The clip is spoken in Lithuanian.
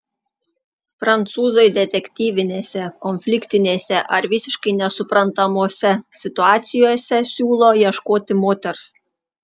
prancūzai detektyvinėse konfliktinėse ar visiškai nesuprantamose situacijose siūlo ieškoti moters